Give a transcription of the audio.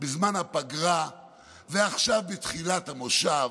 בזמן הפגרה ועכשיו בתחילת המושב.